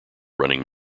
running